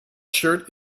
shirt